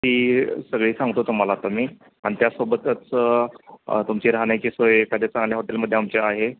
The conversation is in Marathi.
ती सगळी सांगतो तुम्हाला आता मी आणि त्यासोबतच तुमची राहण्याची सोय एखाद्या चांगल्या हॉटेलमध्ये आमच्या आहे